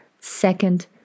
Second